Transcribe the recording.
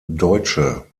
deutsche